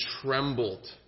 trembled